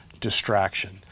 distraction